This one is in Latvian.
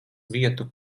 vietu